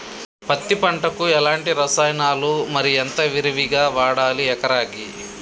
పత్తి పంటకు ఎలాంటి రసాయనాలు మరి ఎంత విరివిగా వాడాలి ఎకరాకి?